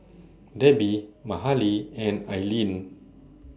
Debby Mahalie and Ailene